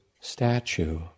statue